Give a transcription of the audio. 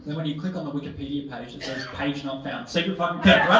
when you click on the wikipedia page, it says page not found. secret fucking kept,